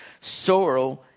sorrow